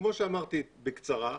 כמו שאמרתי בקצרה,